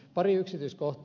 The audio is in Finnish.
pari yksityiskohtaa